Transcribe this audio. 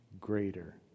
greater